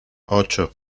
ocho